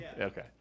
Okay